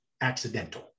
accidental